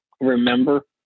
remember